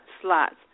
slots